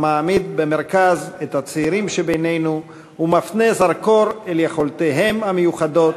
המעמיד במרכז את הצעירים שבינינו ומפנה זרקור אל יכולותיהם המיוחדות,